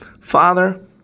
Father